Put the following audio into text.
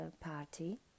party